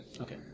okay